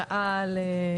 שאל.